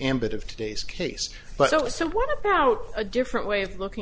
ambit of today's case but so what about a different way of looking